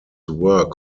work